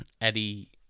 Eddie